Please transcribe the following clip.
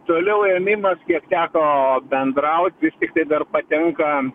toliau ėmimas kiek teko bendraut vis tiktai dar patenka